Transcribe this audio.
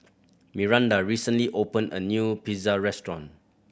Myranda recently opened a new Pizza Restaurant